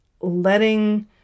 letting